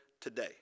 today